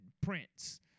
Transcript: Prince